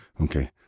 okay